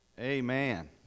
Amen